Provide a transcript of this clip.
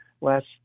last